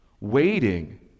Waiting